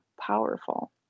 powerful